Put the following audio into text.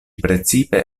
precipe